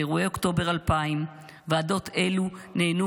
באירועי אוקטובר 2000. ועדות אלו נהנו